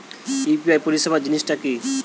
UPI পরিসেবা জিনিসটা কি?